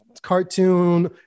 cartoon